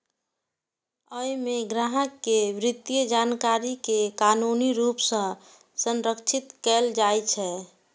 अय मे ग्राहक के वित्तीय जानकारी कें कानूनी रूप सं संरक्षित कैल जाइ छै